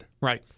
right